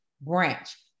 branch